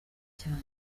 cyane